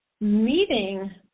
meeting